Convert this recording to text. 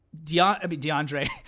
DeAndre